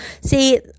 See